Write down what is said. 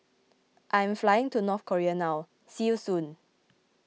I am flying to North Korea now see you soon